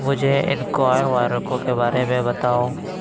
مجھے انکور واریکو کے بارے میں بتاؤ